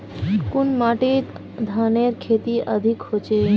कुन माटित धानेर खेती अधिक होचे?